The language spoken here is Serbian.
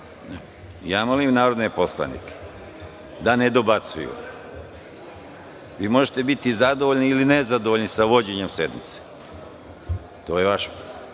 Molim narodne poslanike da ne dobacuju. Vi možete biti zadovoljni ili nezadovoljni sa vođenjem sednice. Na to imate pravo,